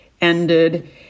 ended